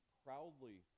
proudly